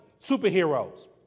Superheroes